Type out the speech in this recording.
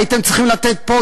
הייתם צריכים לתת פה,